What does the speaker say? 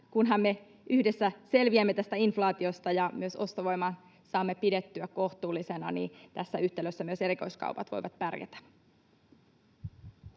kunhan me yhdessä selviämme tästä inflaatiosta ja myös ostovoiman saamme pidettyä kohtuullisena, niin tässä yhtälössä myös erikoiskaupat voivat pärjätä.